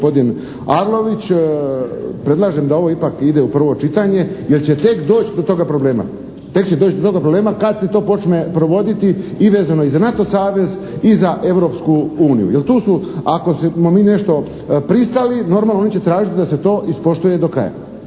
gospodin Arlović. Predlažem da ovo ipak ide u prvo čitanje jer će tek doći do toga problema kad se to počme provoditi i vezano i za NATO savez i za Europsku uniju. Jer tu su ako smo mi nešto pristali, normalno oni će tražiti da se to ispoštuje do kraja